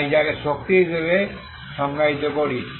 তাই যাকে আমি শক্তি হিসেবে সংজ্ঞায়িত করি